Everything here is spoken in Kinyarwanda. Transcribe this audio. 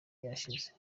yashize